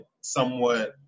somewhat